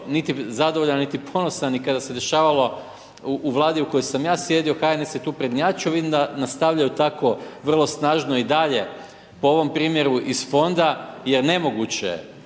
niti zadovoljan niti ponosan ni kada se dešavalo u Vladi u kojoj sam ja sjedio, HNS je tu prednjačio. Vidim da nastavljaju tako vrlo snažno i dalje po ovom primjeru iz fonda, jer nemoguće,